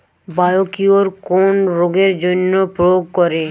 Biocure কোন রোগেরজন্য প্রয়োগ করে?